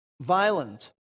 violent